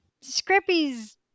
Scrappy's